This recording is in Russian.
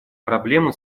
проблемы